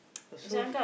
also